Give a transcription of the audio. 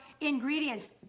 ingredients